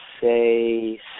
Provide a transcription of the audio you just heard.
say